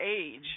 age